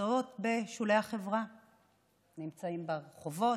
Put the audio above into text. נמצאים בשולי החברה, נמצאים ברחובות,